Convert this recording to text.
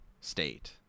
state